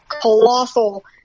colossal